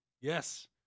Yes